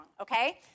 okay